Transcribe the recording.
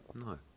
No